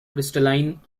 crystalline